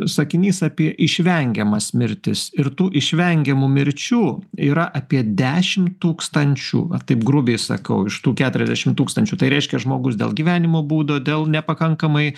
sakinys apie išvengiamas mirtis ir tų išvengiamų mirčių yra apie dešim tūkstančių va taip grubiai sakau iš tų keturiasdešim tūkstančių tai reiškia žmogus dėl gyvenimo būdo dėl nepakankamai